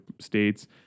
States